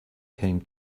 came